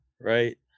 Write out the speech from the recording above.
right